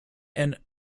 and